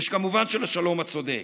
וכמובן של השלום הצודק.